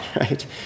right